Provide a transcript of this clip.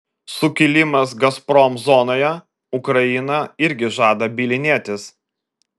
sukilimas gazprom zonoje ukraina irgi žada bylinėtis